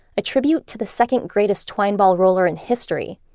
a tribute to the second-greatest twine ball roller in history.